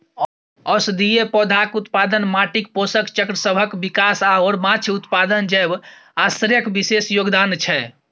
औषधीय पौधाक उत्पादन, माटिक पोषक चक्रसभक विकास आओर माछ उत्पादन जैव आश्रयक विशेष योगदान छै